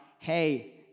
Hey